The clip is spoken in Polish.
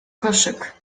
koszyk